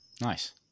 Nice